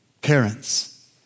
parents